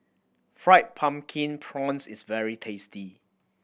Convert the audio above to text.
Fried Pumpkin Prawns is very tasty